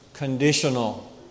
Conditional